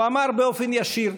הוא אמר באופן ישיר: